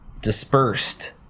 dispersed